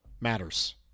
matters